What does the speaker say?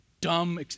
dumb